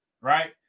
right